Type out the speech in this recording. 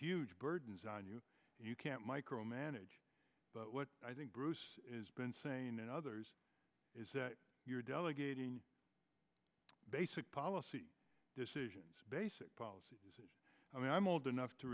huge burdens on you you can't micromanage but what i think bruce is been saying and others is that you're delegating basic policy decisions basic policy i mean i'm old enough to